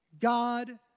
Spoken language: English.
God